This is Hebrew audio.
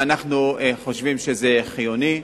ואנחנו חושבים שזה חיוני,